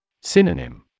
Synonym